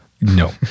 No